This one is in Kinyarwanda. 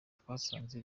twasanze